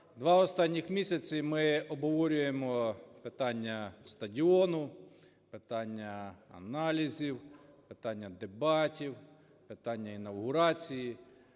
два останні місяці ми обговорюємо питання стадіону, питання аналізів, питання дебатів, питання інавгурації.